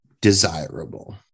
desirable